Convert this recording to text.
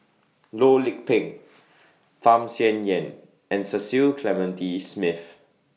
Loh Lik Peng Tham Sien Yen and Cecil Clementi Smith